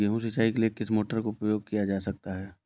गेहूँ सिंचाई के लिए किस मोटर का उपयोग किया जा सकता है?